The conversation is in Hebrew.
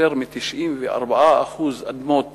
יותר מ-94% אדמות